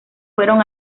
fueron